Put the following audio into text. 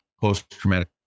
post-traumatic